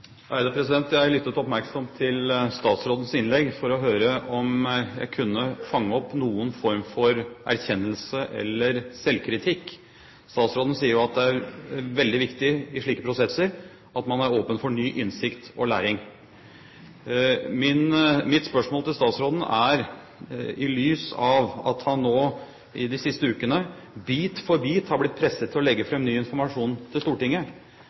Jeg lyttet oppmerksomt til statsrådens innlegg for å høre om jeg kunne fange opp noen form for erkjennelse eller selvkritikk. Statsråden sier jo at det er veldig viktig i slike prosesser at man er åpen for ny innsikt og læring. Mitt spørsmål til statsråden er: I lys av at han nå i de siste ukene bit for bit har blitt presset til å legge fram ny informasjon for Stortinget,